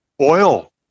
oil